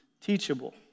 teachable